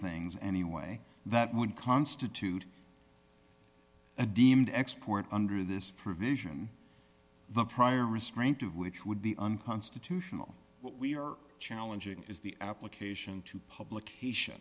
things any way that would constitute a deemed export under this provision the prior restraint of which would be unconstitutional what we are challenging is the application to publication